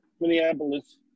Minneapolis